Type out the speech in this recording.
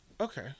Okay